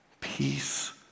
peace